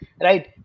right